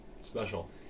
Special